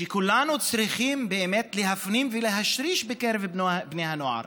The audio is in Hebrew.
שכולנו צריכים באמת להפנים ולהשריש בקרב בני הנוער,